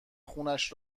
خونش